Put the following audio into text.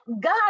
god